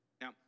Now